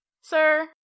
sir